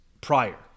prior